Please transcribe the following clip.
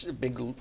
big